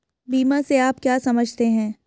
बीमा से आप क्या समझते हैं?